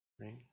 right